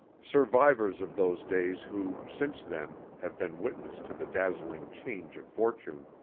survivors of those days who, since then, have been witness to the dazzling change of fortune,